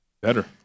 Better